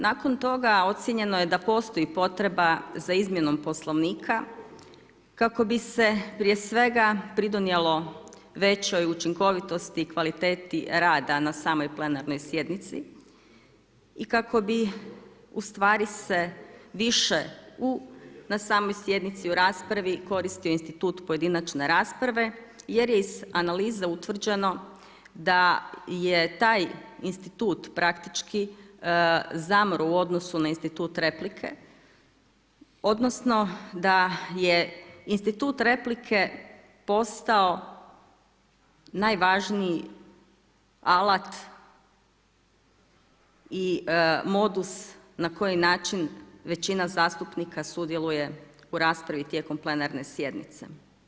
Nakon toga ocijenjeno je da postoji potreba za izmjenom Poslovnika kako bi se prije svega pridonijelo većoj učinkovitosti i kvaliteti rada na samoj plenarnoj sjednici i kako bi u stvari se više na samoj sjednici u raspravi koristio institut pojedinačne rasprave jer je iz analize utvrđeno da je taj institut praktički zamro u odnosu na institut replike, odnosno da je institut replike postao najvažniji alat i modus na koji način većina zastupnika sudjeluje u raspravi tijekom plenarne sjednice.